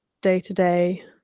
day-to-day